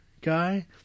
guy